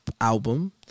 album